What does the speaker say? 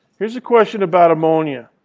here's a question about ammonia.